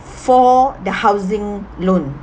for the housing loan